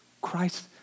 Christ